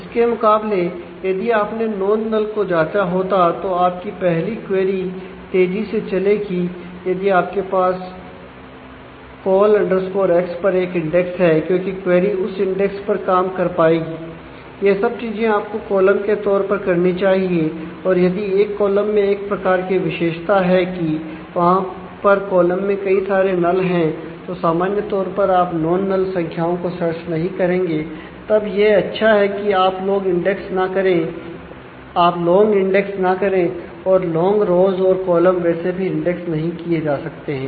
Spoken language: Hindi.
इसके मुकाबले यदि आपने नॉन नल वैसे भी इंडेक्स नहीं किए जा सकते हैं